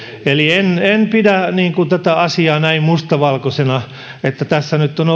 eli en en pidä tätä asiaa näin mustavalkoisena että tässä nyt vain on